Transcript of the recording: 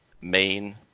main